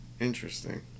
Interesting